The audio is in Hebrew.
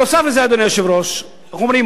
נוסף על זה, אדוני היושב-ראש, איך אומרים?